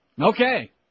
Okay